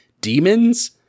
demons